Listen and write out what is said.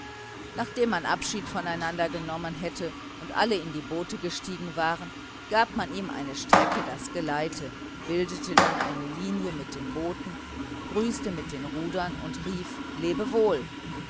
nachdem man abschied voneinander genommen hätte und alle in die boote gestiegen waren gab man ihm eine strecke das geleite bildete dann eine linie mit den booten grüßte mit den rudern und rief lebewohl